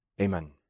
Amen